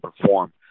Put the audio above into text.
perform